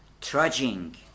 trudging